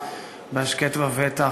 בהשקט ובטח.